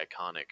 iconic